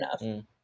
enough